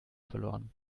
verloren